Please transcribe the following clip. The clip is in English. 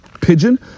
pigeon